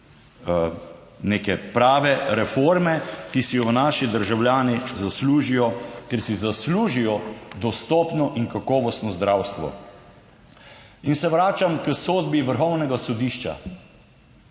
neke prave reforme, ki si jo naši državljani zaslužijo, ker si zaslužijo dostopno in kakovostno zdravstvo. In se vračam k sodbi Vrhovnega sodišča,